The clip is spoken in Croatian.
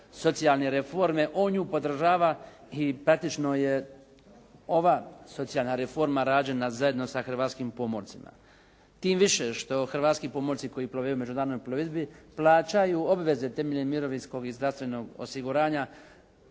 socijalne reforme. On nju podržava i praktično je ova socijalna reforma rađena zajedno sa hrvatskim pomorcima. Tim više što hrvatski pomorci koji plove u međunarodnoj plovidbi, plaćaju obveze temeljem mirovinskog i zdravstvenog osiguranja